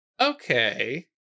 okay